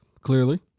Clearly